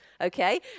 okay